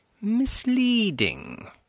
misleading